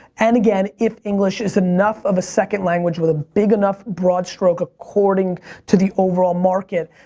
and again, if english is enough of a second language with a big enough broad stroke according to the overall market,